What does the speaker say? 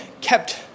kept